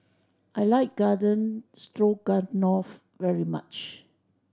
I like Garden Stroganoff very much